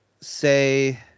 say